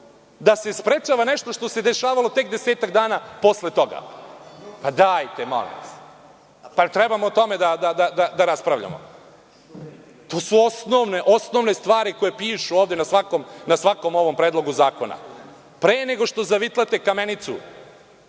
da se sprečava nešto što se dešavalo tek desetak dana posle toga. Molim vas, jel treba o tome da raspravljamo? To su osnovne stvari koje pišu na svakom predlogu zakona. Pre nego što zavitlate kamenicu,